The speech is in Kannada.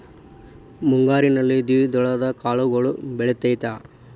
ಮುಂಗಾರಿನಲ್ಲಿ ದ್ವಿದಳ ಕಾಳುಗಳು ಬೆಳೆತೈತಾ?